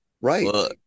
right